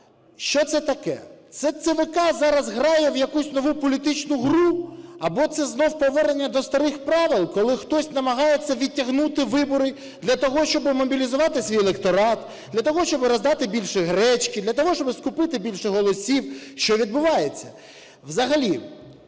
що це таке? Це ЦВК зараз грає у якусь політичну гру? Або це знову повернення до старих правил, коли хтось намагається відтягнути вибори для того, щоб мобілізувати свій електорат, для того, щоб роздати більше гречки, для того, щоб скупити більше голосів. Що відбувається? Взагалі,